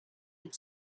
had